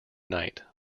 night